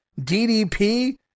DDP